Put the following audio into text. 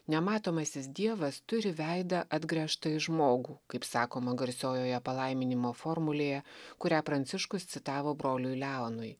nematomasis dievas turi veidą atgręžtą į žmogų kaip sakoma garsiojoje palaiminimo formulėje kurią pranciškus citavo broliui leonui